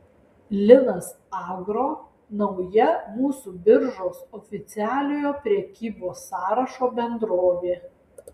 linas agro nauja mūsų biržos oficialiojo prekybos sąrašo bendrovė